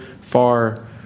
far